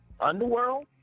underworld